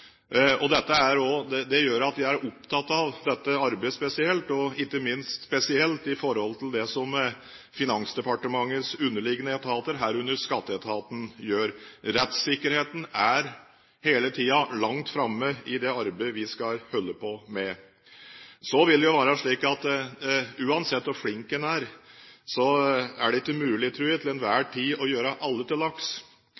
av dette arbeidet, ikke minst spesielt i forhold til det Finansdepartementets underliggende etater, herunder Skatteetaten, gjør. Rettssikkerheten er hele tiden langt framme i det arbeidet vi skal holde på med. Så vil det være slik at uansett hvor flink man er, er det ikke mulig, tror jeg, til